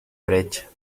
brecha